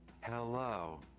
Hello